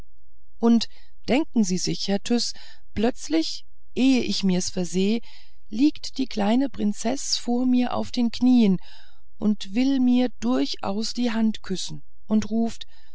und denken sie sich herr tyß plötzlich ehe ich mir's versehen liegt die kleine prinzeß vor mir auf den knieen und will mir durchaus die hand küssen und ruft